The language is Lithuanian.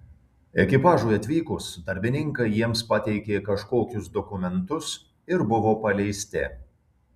ekipažui atvykus darbininkai jiems pateikė kažkokius dokumentus ir buvo paleisti